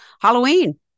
Halloween